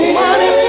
money